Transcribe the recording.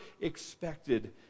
expected